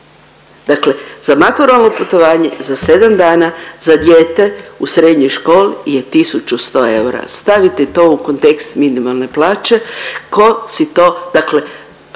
Dakle za maturalno putovanje za 7 dana, za dijete u srednjoj školi je 1.100 eura. Stavite to u kontekst minimalne plaće, tko si to,